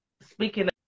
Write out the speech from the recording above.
speaking